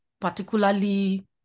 particularly